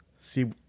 See